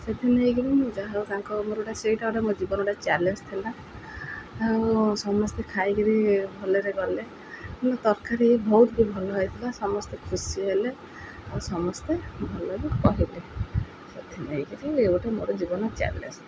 ସେଥି ନେଇ କରି ମୁଁ ଯାହା ତାଙ୍କ ମୋର ଗୋଟା ସେଇଟା ଗୋଟେ ମୋ ଜୀବନ ଗୋଟେ ଚ୍ୟାଲେଞ୍ଜ ଥିଲା ଆଉ ସମସ୍ତେ ଖାଇ କରି ଭଲରେ ଗଲେ କି ତରକାରୀ ବହୁତ ବି ଭଲ ହେଇଥିଲା ସମସ୍ତେ ଖୁସି ହେଲେ ଆଉ ସମସ୍ତେ ଭଲ ବି କହିଲେ ସେଥି ନେଇ କରି ଗୋଟେ ମୋର ଜୀବନ ଚ୍ୟାଲେଞ୍ଜ ଥିଲା